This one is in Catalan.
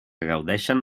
gaudeixen